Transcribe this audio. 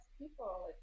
people